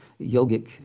yogic